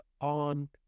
on